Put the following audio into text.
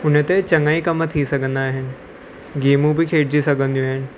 हुनते चङा ई कम थी सघंदा आहिनि गेमूं बि खेॾिजी सघंदियूं आहिनि